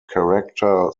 character